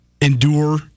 endure